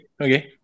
Okay